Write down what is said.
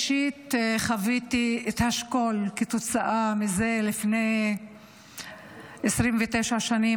אישית חוויתי את השכול כתוצאה מזה: לפני 29 שנים